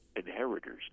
inheritors